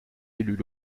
élus